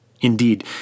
Indeed